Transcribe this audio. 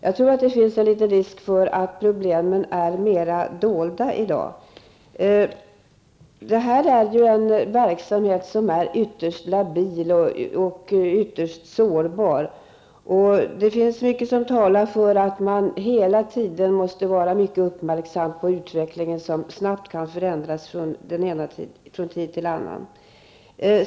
Jag tror att det finns en viss risk för att problemen är mera dolda i dag. Det här ju en verksamhet som är ytterst labil och sårbar. Mycket talar för att man hela tiden måste vara uppmärksam på utvecklingen, som snabbt kan förändras från tid till annan.